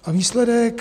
A výsledek?